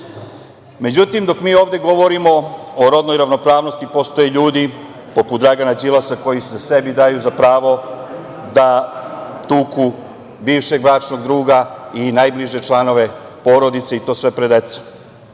dok mi ovde govorimo o rodnoj ravnopravnosti postoje ljudi poput Dragana Đilasa koji sebi daju pravo da tuku bivšeg bračnog druga i najbliže članove porodice i to sve pred